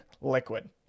Liquid